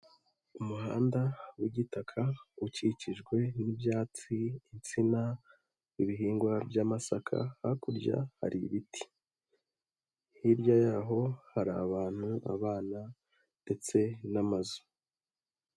Umuhanda, w'igitaka, ukikijwe n'ibyatsi insina, ibihingwa by'amasaka, hakurya hari ibiti. Hirya yaho, hari abantu abana, ndetse n'amazu.